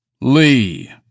Lee